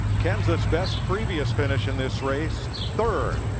kenseth's best previous finish in this race, third.